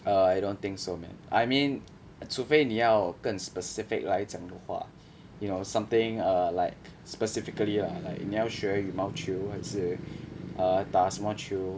err I don't think so man I mean 除非你要更 specific 来讲的话 you know something err like specifically lah like 你要学羽毛球还是 err 打什么球